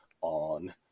on